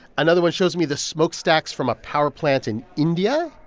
another one shows me the smokestacks from a power plant in india.